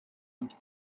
onto